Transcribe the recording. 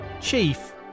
Chief